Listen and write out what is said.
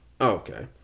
Okay